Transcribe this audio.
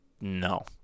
no